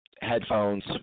headphones